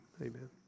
Amen